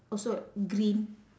also green